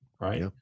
right